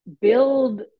build